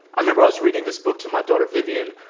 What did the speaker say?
i remember i was reading this book to my daughter, vivian.